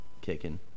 kicking